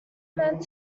meant